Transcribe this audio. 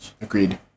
agreed